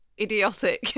Idiotic